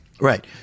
right